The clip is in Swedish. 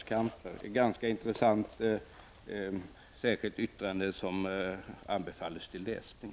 Det är ett ganska intressant yttrande som anbefalles till läsning.